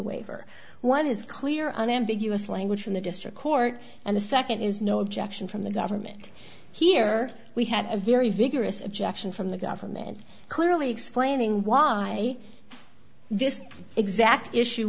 waiver what is clear unambiguous language from the district court and the nd is no objection from the government here we had a very vigorous objection from the government clearly explaining why this exact issue